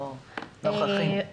כן.